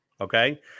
Okay